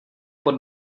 pod